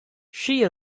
she